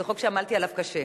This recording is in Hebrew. זה חוק שעמלתי עליו קשה.